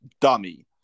dummy